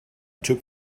typ